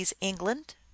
England